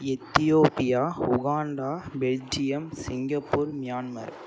Ethiopia Uganda Belgium Singapore Myanmar